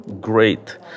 Great